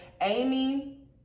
Amy